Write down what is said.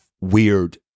weird